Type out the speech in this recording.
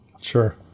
Sure